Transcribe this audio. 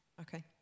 Okay